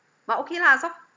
but okay lah some